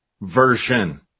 version